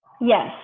yes